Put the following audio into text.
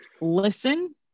listen